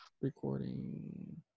recording